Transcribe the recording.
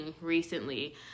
recently